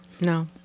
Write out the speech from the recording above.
No